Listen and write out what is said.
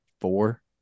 four